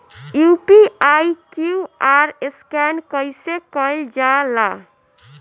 UPI QR scan कइसे कईल जा ला?